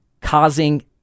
causing